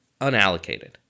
unallocated